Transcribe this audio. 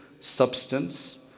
substance